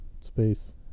space